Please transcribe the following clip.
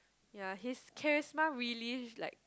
ya his charisma really is like